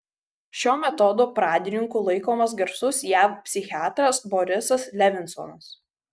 šio metodo pradininku laikomas garsus jav psichiatras borisas levinsonas